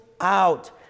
out